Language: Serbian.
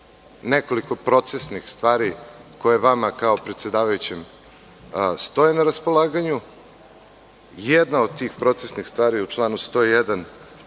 nekoliko procesnih stvari koje vama kao predsedavajućem stoje na raspolaganju. Jedna od tih procesnih stvari u članu 101.